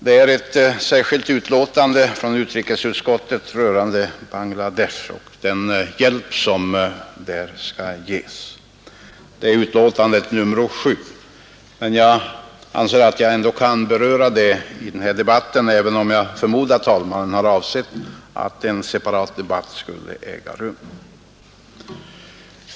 Det föreligger ett särskilt betänkande från utrikesutskottet rörande Bangladesh och den hjälp som skall ges åt den nya staten; det är betänkandet nr 7. Men jag anser att jag ändå kan beröra det i denna debatt, även om jag förmodar att herr talmannen har avsett att en separat debatt skall äga rum.